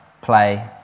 play